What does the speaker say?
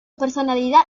personalidad